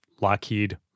Lockheed